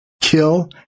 kill